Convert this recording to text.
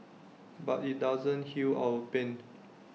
but IT doesn't heal our pain